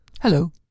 Hello